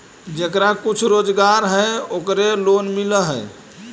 जेकरा कुछ रोजगार है ओकरे लोन मिल है?